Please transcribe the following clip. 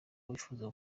wifuza